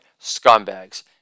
scumbags